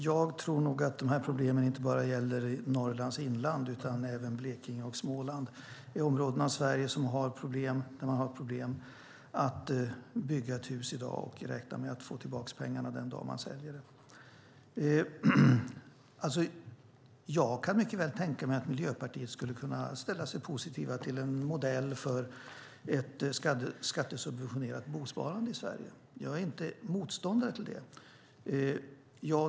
Fru talman! De här problemen gäller inte bara Norrlands inland utan även Blekinge och Småland. Det är områden i Sverige där det finns problem med att bygga hus i dag och att kunna räkna med att få tillbaka pengarna den dag man säljer det. Jag kan mycket väl tänka mig att Miljöpartiet kan ställa sig positivt till en modell för ett skattesubventionerat bosparande i Sverige. Jag är inte motståndare till det.